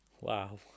Wow